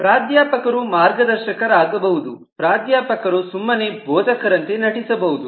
ಪ್ರಾಧ್ಯಾಪಕರು ಮಾರ್ಗದರ್ಶಕರಾಗಬಹುದು ಪ್ರಾಧ್ಯಾಪಕರು ಸುಮ್ಮನೆ ಬೊದಕರಂತೆ ನಟಿಸಬಹುದು